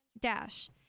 Dash